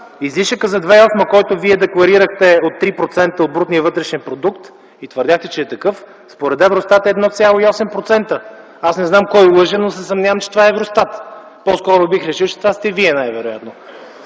Излишъкът за 2008 г., който Вие декларирахте от 3% от брутния вътрешен продукт и твърдяхте, че е такъв, според Евростат е 1,8%. Аз не знам кой лъже, но се съмнявам, че това е Евростат. По-скоро бих решил, че това сте Вие най-вероятно.